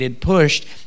Pushed